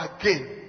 again